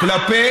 תודה רבה,